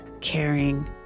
caring